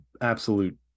absolute